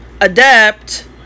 Adept